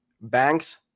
banks